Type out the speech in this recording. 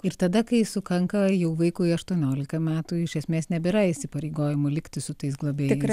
ir tada kai sukanka jau vaikui aštuoniolika metų iš esmės nebėra įsipareigojimų likti su tais globėjais